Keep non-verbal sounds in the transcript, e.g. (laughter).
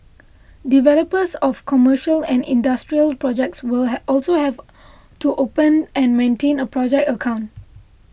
developers of commercial and industrial projects will (hesitation) also have to open and maintain a project account